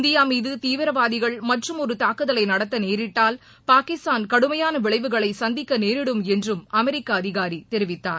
India மீது தீவிரவாதிகள் மற்றும் ஒரு தாக்குதலை நடத்த நேரிட்டால் பாகிஸ்தான் கடுமையான விளைவுகளை சந்திக்க நேரிடும் என்றும் அமெரிக்கா அதிகாரி தெரிவித்தார்